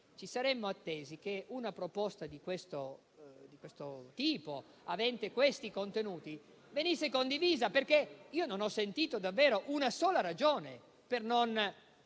Ci saremmo attesi che una proposta di questo tipo, avente questi contenuti, venisse condivisa, perché io non ho sentito davvero una sola ragione per non